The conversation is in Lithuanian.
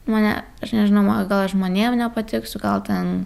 mane aš nežinau ma gal žmonėm nepatiksiu gal ten